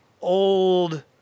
old